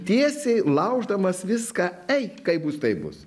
tiesiai lauždamas viską ei kaip bus taip bus